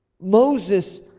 Moses